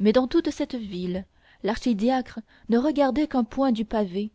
mais dans toute cette ville l'archidiacre ne regardait qu'un point du pavé